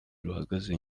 ruhagaze